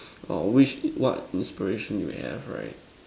or which what inspiration you have right